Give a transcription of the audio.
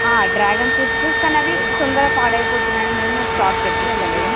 dragon fruits కానీ అవి తొందరగా పాడైపోతున్నాయని మేము స్టాక్ తెప్పించలేము